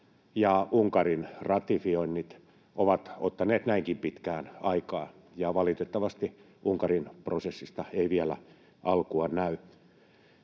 Unkarin ratifioinnit ovat ottaneet näinkin pitkään aikaa ja valitettavasti Unkarin prosessista ei vielä alkua näy.